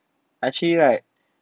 actually right